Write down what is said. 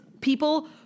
people